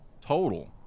Total